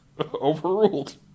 Overruled